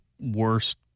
worst